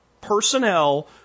personnel